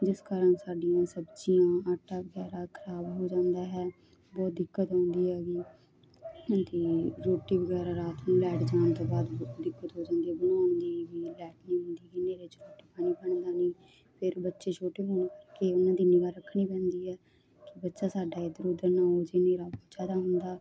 ਜਿਸ ਕਾਰਨ ਸਾਡੀਆਂ ਸਬਜ਼ੀਆਂ ਆਟਾ ਵਗੈਰਾ ਖ਼ਰਾਬ ਹੋ ਜਾਂਦਾ ਹੈ ਬਹੁਤ ਦਿਕੱਤ ਹੁੰਦੀ ਹੈਗੀ ਅਤੇ ਰੋਟੀ ਵਗੈਰਾ ਰਾਤ ਨੂੰ ਲਾਈਟ ਜਾਣ ਤੋਂ ਬਾਅਦ ਦਿਕੱਤ ਹੋ ਜਾਂਦੀ ਆ ਬਣਾਉਣ ਦੀ ਵੀ ਲਾਈਟ ਨਹੀਂ ਹੁੰਦੀ ਹਨੇਰੇ 'ਚ ਰੋਟੀ ਪਾਣੀ ਬਣਦਾ ਨਹੀਂ ਫਿਰ ਬੱਚੇ ਛੋਟੇ ਹੋਣ ਕਰਕੇ ਉਹਨਾਂ ਦੀ ਨਿਗਾਹ ਰੱਖਣੀ ਪੈਂਦੀ ਹੈ ਕਿ ਬੱਚਾ ਸਾਡਾ ਇਧਰ ਉਧਰ ਨਾ ਹੋ ਜਾਵੇ ਮੇਰੇ ਬੱਚਾ ਤਾਂ ਹੁੰਦਾ